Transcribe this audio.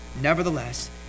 nevertheless